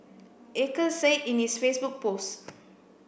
Acres said in its Facebook post